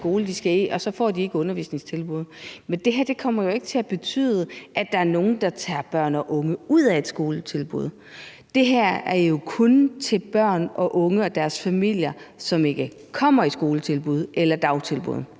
og at de så ikke får undervisningstilbud. Men det her kommer jo ikke til at betyde, at der er nogle, der tager børn og unge ud af et skoletilbud. Det her er jo kun til børn og unge og deres familier, som ikke kommer i et skoletilbud eller et dagtilbud,